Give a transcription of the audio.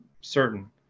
certain